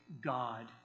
God